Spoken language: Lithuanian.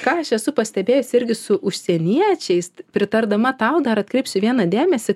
ką aš esu pastebėjusi irgi su užsieniečiais pritardama tau dar atkreipsiu vieną dėmesį